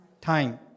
time